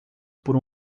por